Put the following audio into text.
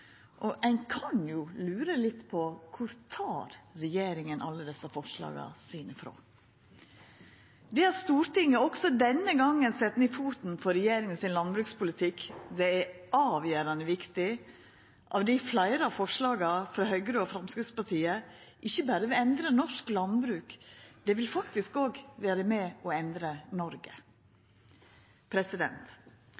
og ein kan jo lura litt på: Kvar tek regjeringa alle desse forslaga sine frå? Det at Stortinget også denne gongen set ned foten for regjeringa sin landbrukspolitikk, er avgjerande viktig av di fleire av forslaga frå Høgre og Framstegspartiet ikkje berre vil endra norsk landbruk, men faktisk òg vera med og endra Noreg.